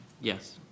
Yes